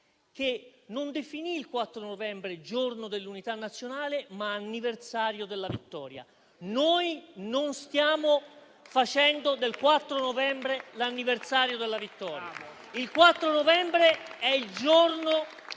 che definì il 4 novembre non Giorno dell'Unità nazionale ma anniversario della vittoria. Noi non stiamo facendo del 4 novembre l'anniversario della vittoria. Il 4 novembre è il Giorno